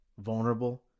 vulnerable